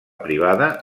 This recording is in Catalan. privada